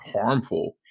harmful